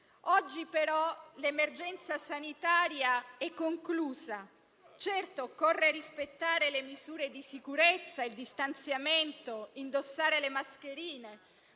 Oggi, però, l'emergenza sanitaria è conclusa. Certo, occorre rispettare le misure di sicurezza e di stanziamento, indossare le mascherine,